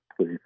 please